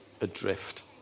adrift